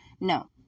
No